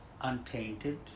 untainted